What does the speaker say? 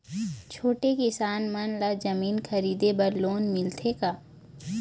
छोटे किसान मन ला जमीन खरीदे बर लोन मिलथे का?